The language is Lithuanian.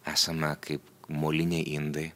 esame kaip moliniai indai